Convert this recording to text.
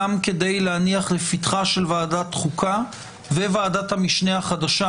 גם כדי להניח לפתחה של ועדת החוקה וועדת המשנה החדשה